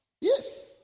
yes